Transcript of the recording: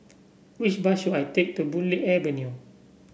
which bus should I take to Boon Lay Avenue